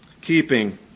Keeping